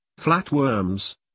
flatworms